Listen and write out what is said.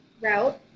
route